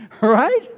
Right